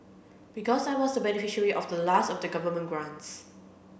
because I was beneficiary of the last of the government grants